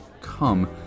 come